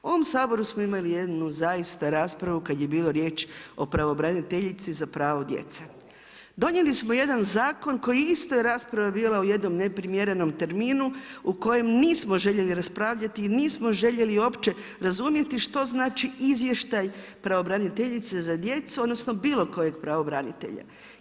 U ovom Saboru smo imali jednu zaista raspravu kada je bilo riječi o pravobraniteljici za pravo djece, donijeli smo jedan zakon koji je isto rasprava bila u jednom neprimjerenom terminu u kojem nismo željeli raspravljati i nismo željeli uopće razumjeti što znači izvještaj pravobraniteljice za djecu odnosno bilo kojeg pravobranitelja.